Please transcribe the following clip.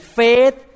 faith